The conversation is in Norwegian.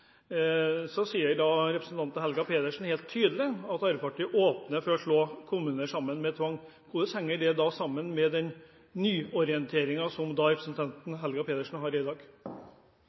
sier representanten Helga Pedersen helt tydelig at Arbeiderpartiet åpner for å slå kommuner sammen med tvang. Hvordan henger det sammen med den nyorienteringen som representanten Helga Pedersen har i dag?